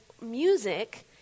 music